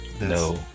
No